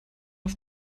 auf